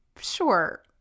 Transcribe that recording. Sure